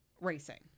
Racing